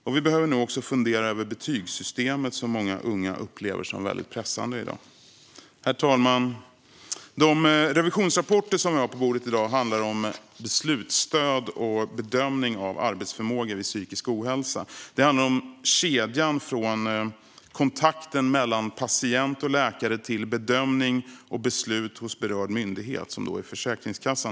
Därtill behöver vi fundera över betygssystemet, vilket är något som många unga i dag upplever som väldigt pressande. Herr talman! De revisionsrapporter som vi i dag har på bordet handlar om beslutsstöd och bedömning av arbetsförmåga vid psykisk ohälsa. Det handlar om kedjan från kontakten mellan patient och läkare till bedömning och beslut hos berörd myndighet, det vill säga Försäkringskassan.